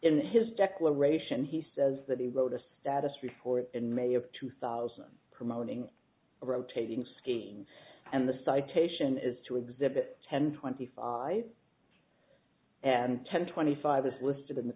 in his declaration he says that he wrote a status report in may of two thousand promoting a rotating scheme and the citation is to exhibit ten twenty five and ten twenty five as listed in the